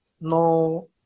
No